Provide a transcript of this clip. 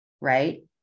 right